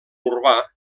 urbà